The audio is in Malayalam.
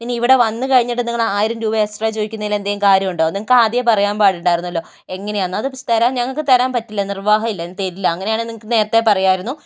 ഇനി ഇവിടെ വന്നു കഴിഞ്ഞിട്ട് നിങ്ങള് ആയിരം രൂപ എക്സ്ട്രാ ചോദിക്കുന്നതില് എന്തെങ്കിലും കാര്യമുണ്ടോ നിങ്ങൾക്ക് ആദ്യമേ പറയാന് പാടുണ്ടായിരുന്നല്ലോ എങ്ങനെയാന്ന് അത് തരാന് പറ്റില്ല നിര്വാഹമില്ല ഇനി തരില്ല അങ്ങനെയാണേൽ നിങ്ങൾക്ക് നേരത്തെ പറയാമായിരുന്നു